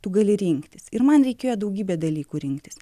tu gali rinktis ir man reikėjo daugybę dalykų rinktis